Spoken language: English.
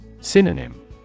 Synonym